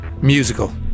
Musical